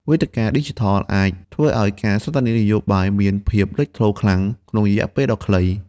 វេទិកាឌីជីថលអាចធ្វើឱ្យការសន្ទនានយោបាយមានភាពលេចធ្លោខ្លាំងក្នុងរយៈពេលដ៏ខ្លី។